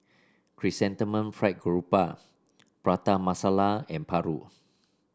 Chrysanthemum Fried Garoupa Prata Masala and paru